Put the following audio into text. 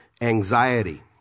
anxiety